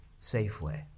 Safeway